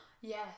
Yes